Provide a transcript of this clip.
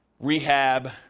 rehab